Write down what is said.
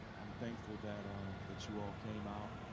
i'm thankful that um that you all came out.